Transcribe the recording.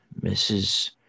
Mrs